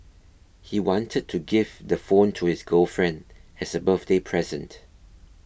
he wanted to give the phone to his girlfriend as a birthday present